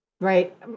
Right